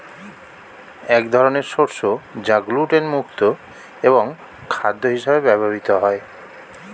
এক ধরনের শস্য যা গ্লুটেন মুক্ত এবং খাদ্য হিসেবে ব্যবহৃত হয়